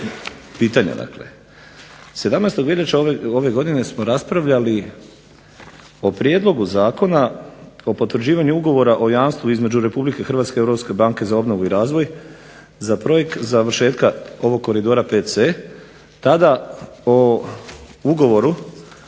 pitanja, dakle, 17. veljače ove godine smo raspravljali o Prijedlogu zakona o potvrđivanju ugovora o jamstvu između Republike Hrvatske i Europske banke za obnovu i razvoj za projekt završetka ovog koridora VC, tada o ugovoru